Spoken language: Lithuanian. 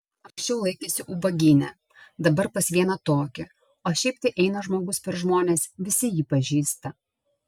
anksčiau laikėsi ubagyne dabar pas vieną tokį o šiaip tai eina žmogus per žmones visi jį pažįsta